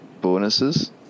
bonuses